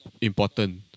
important